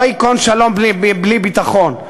לא ייכון שלום בלי ביטחון.